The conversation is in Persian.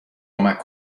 کمک